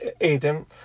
Adam